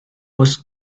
was